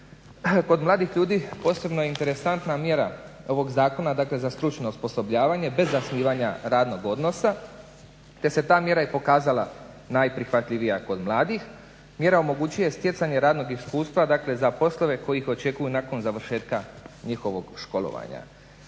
Kod mladih ljudi posebno je interesantna mjera ovog zakona dakle za stručno osposobljavanje bez zasnivanja radnog odnosa te se ta mjera i pokazala najprihvatljivija kod mladih, mjera omogućuje stjecanje radnog iskustva za poslove koji ih očekuju nakon završetka njihovog školovanja.